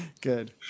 good